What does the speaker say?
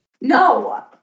No